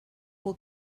will